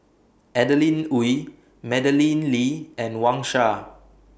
Adeline Ooi Madeleine Lee and Wang Sha